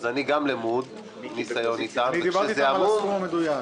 אז אני גם למוד ניסיון איתם -- אני דיברתי איתם על הסכום המדויק.